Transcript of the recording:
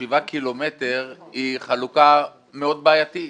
השבעה קילומטרים היא חלוקה מאוד בעייתית.